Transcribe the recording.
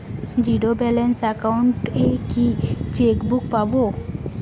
Zero balance account এ কি chequebook পাব?